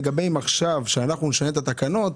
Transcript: לגבי זה שעכשיו אנחנו את התקנות,